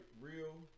real